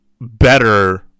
better